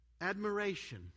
admiration